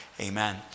amen